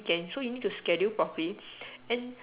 end so you need to schedule properly and